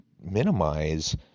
minimize